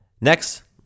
Next